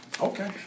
Okay